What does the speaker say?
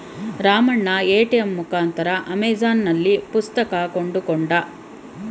Ramanna ATM ಮುಖಾಂತರ ಅಮೆಜಾನ್ನಲ್ಲಿ ಪುಸ್ತಕ ಕೊಂಡುಕೊಂಡ